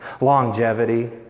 Longevity